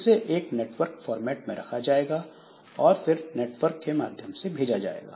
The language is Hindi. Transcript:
इसे एक नेटवर्क फॉर्मेट में रखा जाएगा और फिर नेटवर्क के माध्यम से भेजा जाएगा